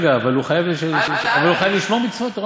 אבל הוא חייב לשמור מצוות.